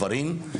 גברים,